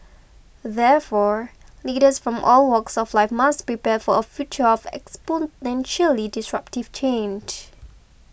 therefore leaders from all walks of life must prepare for a future of exponentially disruptive change